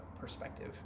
perspective